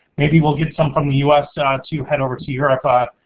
maybe we'll get some from the us ah to head over to europe. ah